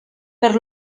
per